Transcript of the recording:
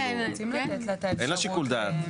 אין לה שיקול דעת.